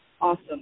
Awesome